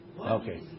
Okay